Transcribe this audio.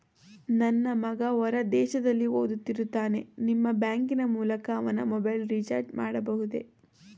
ನನ್ನ ಮಗ ಹೊರ ದೇಶದಲ್ಲಿ ಓದುತ್ತಿರುತ್ತಾನೆ ನಿಮ್ಮ ಬ್ಯಾಂಕಿನ ಮೂಲಕ ಅವನ ಮೊಬೈಲ್ ರಿಚಾರ್ಜ್ ಮಾಡಬಹುದೇ?